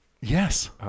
Yes